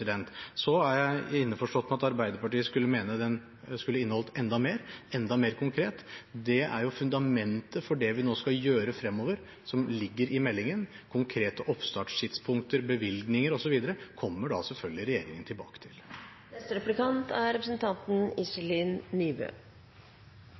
Så er jeg innforstått med at Arbeiderpartiet mener den skulle inneholdt enda mer, vært enda mer konkret. Det er fundamentet for det vi skal gjøre fremover, som ligger i meldingen. Konkrete oppstartstidspunkter, bevilgninger osv. kommer regjeringen selvfølgelig tilbake til. Statsråden er